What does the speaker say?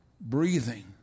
breathing